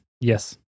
yes